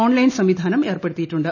online സംവിധാനം ഏർപ്പെടുത്തിയിട്ടുണ്ട്